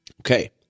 Okay